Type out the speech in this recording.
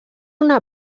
una